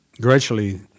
Gradually